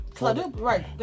Right